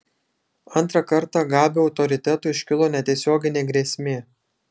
antrą kartą gabio autoritetui iškilo netiesioginė grėsmė